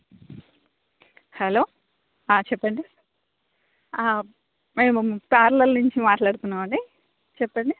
hello ఆ చెప్పండి మేము పార్లర్ నుంచి మాట్లాడుతున్నామండి చెప్పండి